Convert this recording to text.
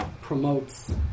promotes